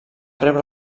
rebre